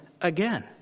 again